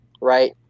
right